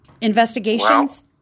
investigations